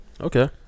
Okay